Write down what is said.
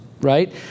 right